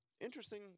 Interesting